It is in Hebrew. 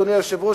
אדוני היושב-ראש,